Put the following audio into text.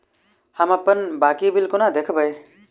हम अप्पन बाकी बिल कोना देखबै?